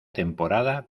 temporada